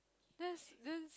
this this